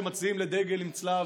כשמצדיעים לדגל עם צלב.